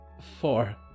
Four